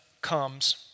comes